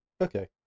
Okay